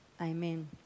amen